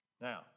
Now